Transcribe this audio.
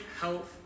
health